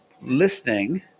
listening